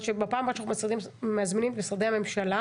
כשאנחנו מזמינים את משרדי הממשלה,